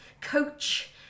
coach